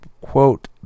quote